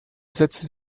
setzte